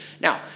Now